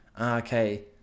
okay